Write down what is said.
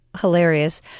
hilarious